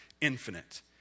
infinite